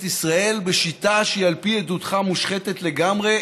ישראל בשיטה שהיא על פי עדותך מושחתת לגמרי.